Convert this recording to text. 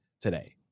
today